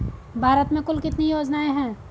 भारत में कुल कितनी योजनाएं हैं?